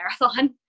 marathon